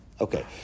Okay